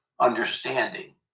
understanding